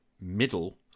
middle